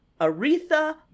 Aretha